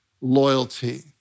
loyalty